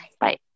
Bye